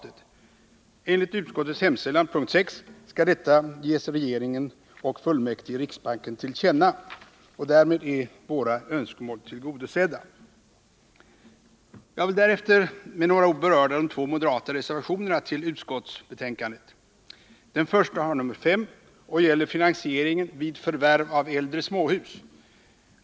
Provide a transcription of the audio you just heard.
Enligt utskottets hemställan p. 6 skall detta ges regeringen och fullmäktige i riksbanken till känna. Därmed är våra önskemål tillgodosedda. Jag vill därefter med några ord beröra de två moderata reservationerna till utskottsbetänkandet. Den första har nr 5 och gäller finansieringen vid förvärv av äldre småhus.